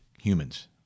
humans